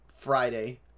Friday